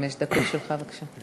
חמש דקות, שלך, בבקשה.